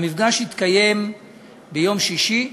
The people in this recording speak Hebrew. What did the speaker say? המפגש התקיים ביום שישי,